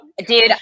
Dude